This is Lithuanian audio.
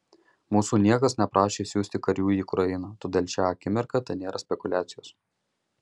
mūsų niekas neprašė siųsti karių į ukrainą todėl šią akimirką tai tėra spekuliacijos